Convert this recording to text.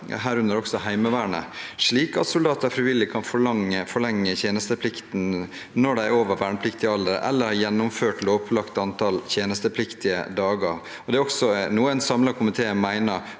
herunder Heimevernet, slik at soldater frivillig kan forlenge tjenesteplikten når de er over vernepliktig alder eller har gjennomført lovpålagt antall tjenestepliktige dager. Det er også noe en samlet komité mener